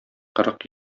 кырык